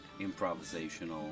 improvisational